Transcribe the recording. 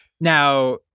Now